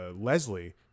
Leslie